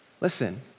Listen